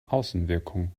außenwirkung